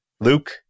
Luke